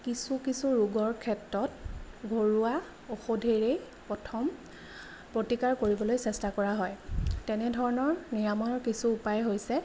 কিছু কিছু ৰোগৰ ক্ষেত্ৰত ঘৰুৱা ঔষধেৰেই প্ৰথম প্ৰতিকাৰ কৰিবলৈ চেষ্টা কৰা হয় তেনেধৰণৰ নিৰাময়ৰ কিছু উপায় হৈছে